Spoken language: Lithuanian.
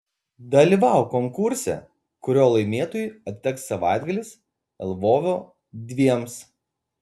dalyvauk konkurse kurio laimėtojui atiteks savaitgalis lvove dviems